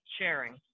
sharing